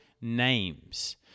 names